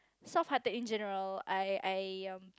soft hearted in general I I